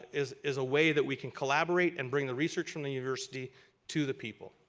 is is a way that we can collaborate and bring the research from the university to the people.